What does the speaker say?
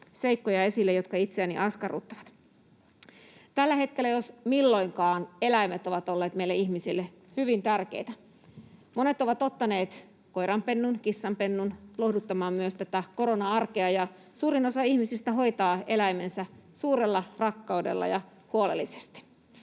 seikkoja, jotka itseäni askarruttavat: Tällä hetkellä jos milloin eläimet ovat olleet meille ihmisille hyvin tärkeitä. Monet ovat ottaneet koiranpennun tai kissanpennun lohduttamaan myös tätä korona-arkea, ja suurin osa ihmisistä hoitaa eläimensä suurella rakkaudella ja huolellisesti.